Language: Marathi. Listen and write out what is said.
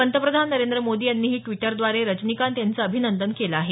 पंतप्रधान नरेंद्र मोदी यांनीही ड्विटरद्वारे रजनीकांत यांचं अभिनंदन केलं आहे